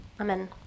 Amen